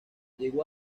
llegó